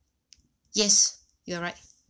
yes you're right